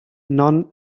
non